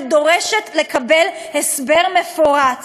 אני דורשת לקבל הסבר מפורט,